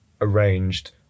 arranged